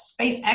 SpaceX